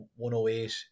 108